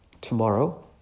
tomorrow